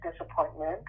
disappointment